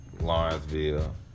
Lawrenceville